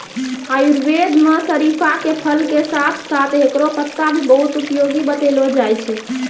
आयुर्वेद मं शरीफा के फल के साथं साथं हेकरो पत्ता भी बहुत उपयोगी बतैलो जाय छै